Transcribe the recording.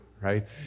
right